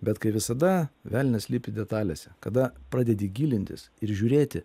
bet kai visada velnias slypi detalėse kada pradedi gilintis ir žiūrėti